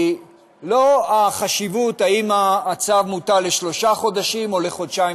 היא לא החשיבות אם הצו מוטל לשלושה חודשים או לחודשיים,